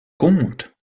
comte